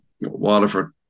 Waterford